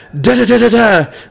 da-da-da-da-da